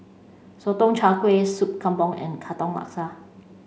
Sotong Char Kway Sup Kambing and Katong Laksa